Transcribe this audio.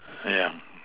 yeah